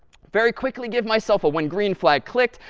very quickly give myself a when green flag clicked.